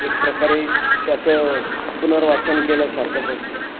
एक प्रकारे त्याचं पुनर्वाचन केल्यासारखंच असतं